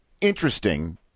interesting